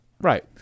right